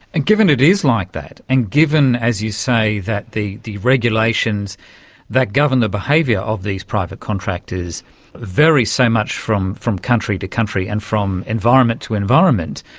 and given it is like that and given, as you say, that the the regulations that govern the behaviour of these private contractors varies so much from from country to country and from environment to environment,